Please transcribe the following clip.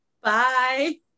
Bye